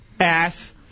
Ass